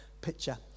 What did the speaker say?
picture